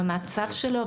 במצב שלו,